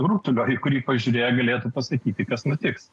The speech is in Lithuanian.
rutulio į kurį pažiūrėję galėtų pasakyti kas nutiks